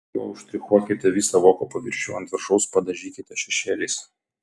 juo užštrichuokite visą voko paviršių o ant viršaus padažykite šešėliais